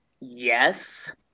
yes